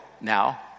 now